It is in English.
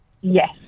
yes